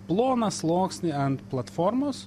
ploną sluoksnį ant platformos